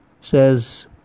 says